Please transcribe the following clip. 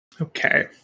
Okay